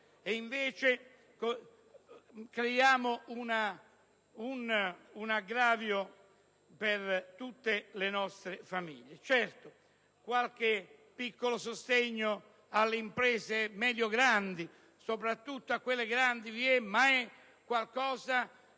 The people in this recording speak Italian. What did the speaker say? invece un aggravio per tutte le nostre famiglie. Certo, qualche piccolo sostegno alle imprese medio-grandi - soprattutto a quelle grandi - vi è, ma è qualcosa